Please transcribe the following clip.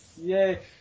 Yay